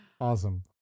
Awesome